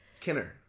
Kinner